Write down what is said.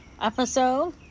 episode